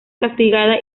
castigada